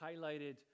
highlighted